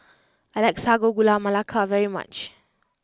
I like Sago Gula Melaka very much